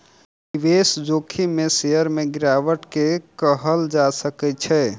निवेश जोखिम में शेयर में गिरावट के कहल जा सकै छै